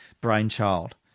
brainchild